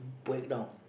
break down